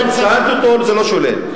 שאלתי אותו אם זה לא שולל.